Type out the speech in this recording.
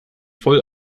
voll